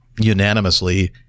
unanimously